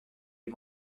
les